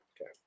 Okay